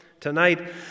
tonight